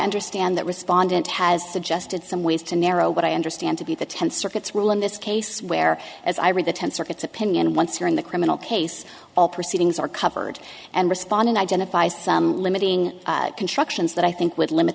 understand that respondent has suggested some ways to narrow what i understand to be the ten circuits rule in this case where as i read the tenth circuit's opinion once you're in the criminal case all proceedings are covered and respondent identifies some limiting constructions that i think would limit